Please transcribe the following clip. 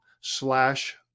slash